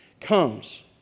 comes